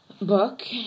book